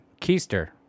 Keister